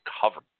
cover